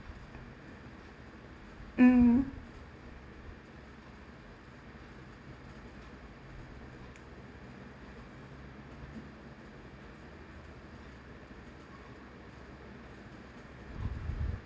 mm